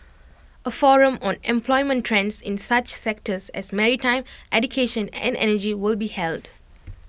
A forum on employment trends in such sectors as maritime education and energy will be held